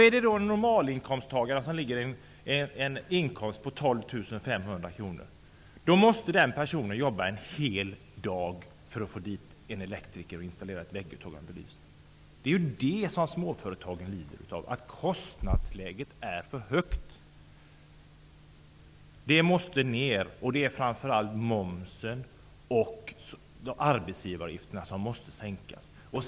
En normalinkomsttagare, med en inkomst på 12 500 kr, måste arbeta en hel dag för att få ett vägguttag och en belysning installerade av en elektriker. Det är ju den höga kostnadsnivån småföretagarna lider av. Den måste ner. Det är framför allt momsen och arbetsgivaravgifterna som måste sänkas.